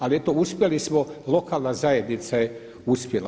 Ali eto, uspjeli smo lokalna zajednica je uspjela.